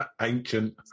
Ancient